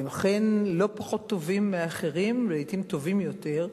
הם אכן לא פחות טובים מאחרים, לעתים טובים יותר,